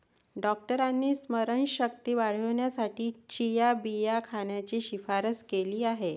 डॉक्टरांनी स्मरणशक्ती वाढवण्यासाठी चिया बिया खाण्याची शिफारस केली आहे